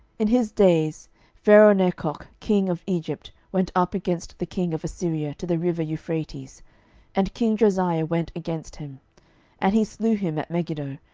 in his days pharaohnechoh king of egypt went up against the king of assyria to the river euphrates and king josiah went against him and he slew him at megiddo,